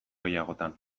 gehiagotan